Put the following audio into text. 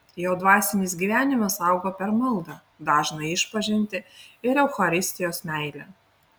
jo dvasinis gyvenimas augo per maldą dažną išpažintį ir eucharistijos meilę